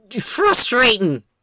frustrating